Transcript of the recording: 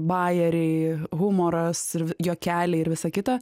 bajeriai humoras juokeliai ir visa kita